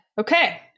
Okay